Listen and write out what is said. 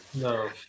No